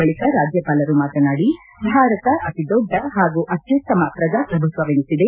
ಬಳಿಕ ರಾಜ್ಯಪಾಲರು ಮಾತನಾದಿ ಭಾರತ ಅತಿದೊಡ್ಡ ಹಾಗೂ ಅತ್ಯುತ್ತಮ ಪ್ರಜಾಪ್ರಭುತ್ವವೆನಿಸಿದೆ